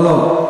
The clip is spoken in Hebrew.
לא, לא.